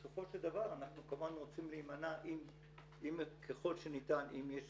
בסופו של דבר אנחנו כמובן רוצים להימנע ככל שניתן אם יש